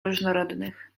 różnorodnych